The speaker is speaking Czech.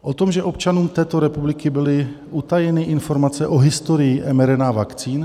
O tom, že občanům této republiky byly utajeny informace o historii mRNA vakcín?